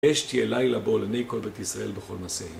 אש תהיה לילה בו לעיני כל בית ישראל בכל מסעיהם.